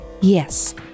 Yes